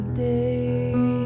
day